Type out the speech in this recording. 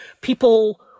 people